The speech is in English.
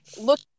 look